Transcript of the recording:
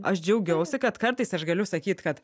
aš džiaugiausi kad kartais aš galiu sakyt kad